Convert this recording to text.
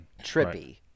trippy